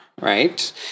right